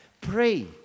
pray